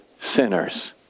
sinners